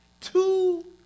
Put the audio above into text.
two